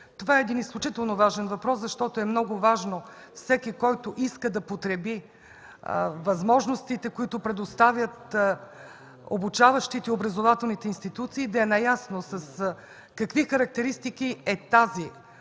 Това е един изключително важен въпрос, защото е много важно всеки, който иска да потреби възможностите, които предоставят обучаващите и образователните институции да е наясно с това какви характеристики е тази